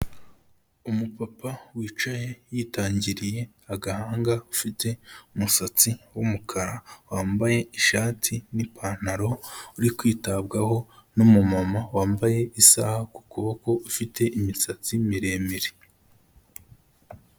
Umupapa wicaye yitangiriye agahanga ufite umusatsi w'umukara, wambaye ishati n'ipantaro uri kwitabwaho n'umumama wambaye isaha ku kuboko ufite imisatsi miremire.